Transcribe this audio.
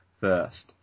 first